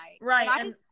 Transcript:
right